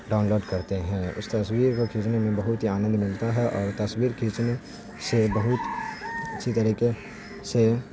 down load کرتے ہیں اس تصویر کو کھینچنے میں بہت ہی آنند ملتا ہے اور تصویر کھینچنے سے بہت اچھی طریقے سے